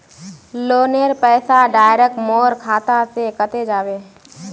लोनेर पैसा डायरक मोर खाता से कते जाबे?